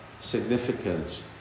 significance